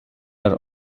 are